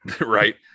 Right